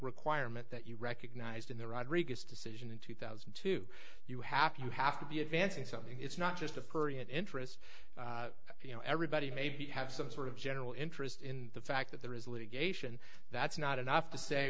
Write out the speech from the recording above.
requirement that you recognized in the rodriguez decision in two thousand and two you have to you have to be advancing something it's not just a current interest you know everybody maybe have some sort of general interest in the fact that there is a litigation that's not enough to say